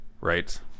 Right